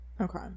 okay